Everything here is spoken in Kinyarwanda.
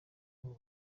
ubu